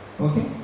Okay